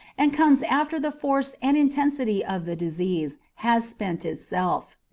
and comes after the force and intensity of the disease has spent itself,